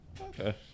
Okay